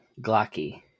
Glocky